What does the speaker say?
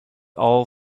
all